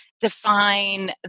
define